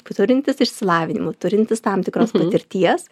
turintys išsilavinimų turintys tam tikros patirties